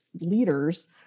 leaders